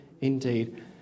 indeed